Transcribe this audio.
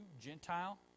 Gentile